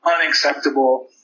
unacceptable